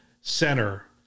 center